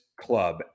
club